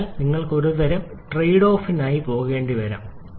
അതിനാൽ നിങ്ങൾക്ക് ഒരുതരം ട്രേഡ് ഓഫിനായി പോകേണ്ടിവരാം